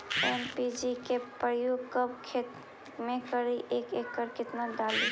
NPK प्रयोग कब खेत मे करि एक एकड़ मे कितना डाली?